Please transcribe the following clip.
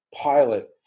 pilot